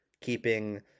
keeping